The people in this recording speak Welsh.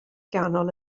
ganol